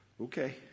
Okay